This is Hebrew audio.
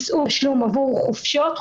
נשמע את משרד המשפטים, עד שנצליח להתגבר על